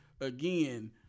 again